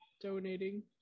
donating